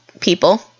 people